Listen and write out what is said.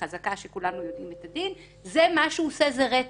חזקה שכולנו יודעים את הדין מה שהוא עושה זה רצח.